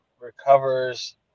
recovers